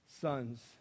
son's